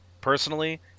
personally